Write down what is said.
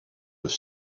with